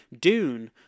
Dune